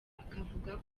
akavuga